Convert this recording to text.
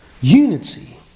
Unity